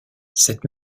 cette